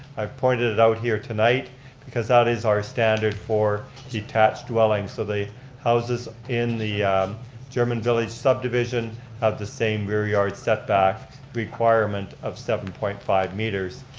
i pointed it out here tonight because that is our standard for detached dwellings, so the houses in the german village subdivision have the same rear yard setback requirement of seven point five meters.